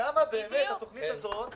כמה באמת התוכנית הזאת מוסיפה?